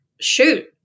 shoot